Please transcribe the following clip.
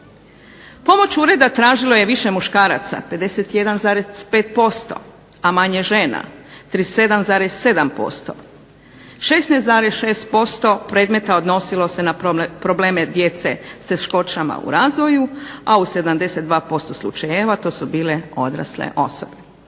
Pomoć ureda tražilo je više muškaraca 51,5%, a manje žena 37,7%. 16,6% predmeta odnosilo se na probleme djece s teškoćama u razvoju, a u 72% slučajeva to su bile odrasle osobe.